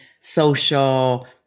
social